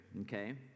okay